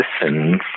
listen